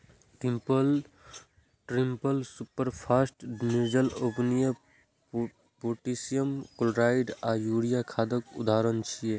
triple superphosphate, निर्जल ammonia, potassium chloride आ urea खादक उदाहरण छियै